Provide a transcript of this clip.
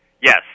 Yes